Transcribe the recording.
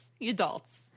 adults